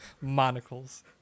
Monocles